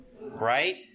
right